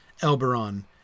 Elberon